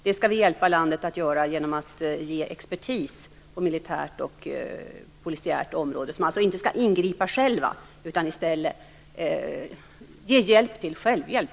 Det skall vi hjälpa landet att göra genom att ge tillgång till expertis på militärt och polisiärt område som inte skall ingripa själv utan helt enkelt ge hjälp till självhjälp.